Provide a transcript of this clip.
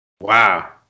Wow